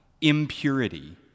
impurity